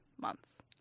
months